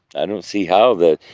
i don't see how. the,